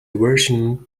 version